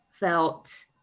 felt